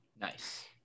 Nice